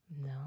No